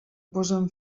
posen